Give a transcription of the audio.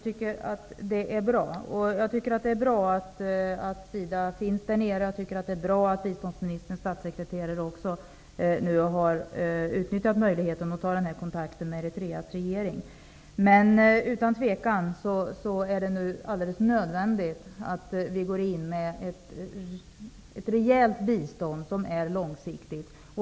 Herr talman! Det är bra, och det är bra att SIDA finns där nere och att biståndsministerns statssekreterare nu har utnyttjat möjligheten att ta den här kontakten med Eritreas regering. Utan tvivel är det nu alldeles nödvändigt att vi går in med ett rejält bistånd, som är långsiktigt.